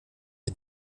est